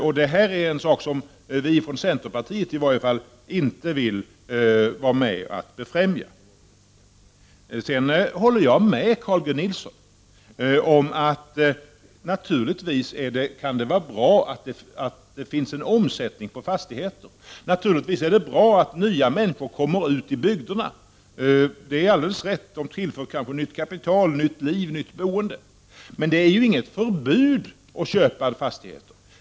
Det är en sak som i varje fall vi från centerpartiet inte vill vara med att befrämja. Sedan håller jag med Carl G Nilsson om att det kan vara bra att det sker en omsättning på fastigheter. Naturligtvis är det bra att nya människor kommer ut i bygderna. Det är alldeles rätt. De tillför kanske nytt kapital, nytt liv, nytt boende. Men det är ju inget förbud att köpa fastigheter.